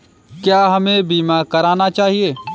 क्या हमें बीमा करना चाहिए?